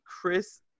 Chris